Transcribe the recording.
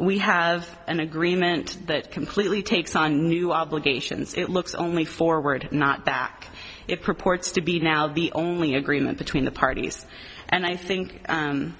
we have an agreement that completely takes on new obligations it looks only forward not back it purports to be now the only agreement between the parties and i think